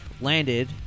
landed